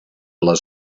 les